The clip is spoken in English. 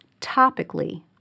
topically